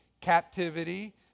captivity